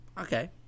Okay